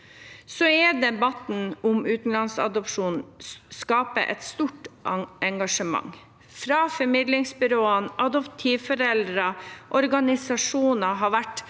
Debatten om utenlandsadopsjon skaper et stort engasjement. Formidlingsbyråene, adoptivforeldre og organisasjoner har vært,